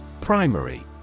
Primary